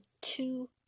two